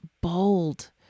bold